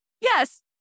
Yes